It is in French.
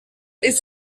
est